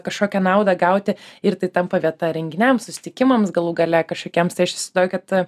kažkokią naudą gauti ir tai tampa vieta renginiam susitikimams galų gale kažkokiems tai aš įsivaizduoju kad